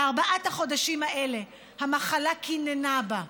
בארבעת החודשים האלה המחלה קיננה בה,